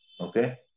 okay